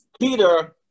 peter